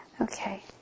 Okay